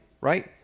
right